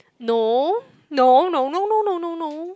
no no no no no no no